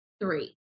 three